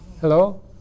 Hello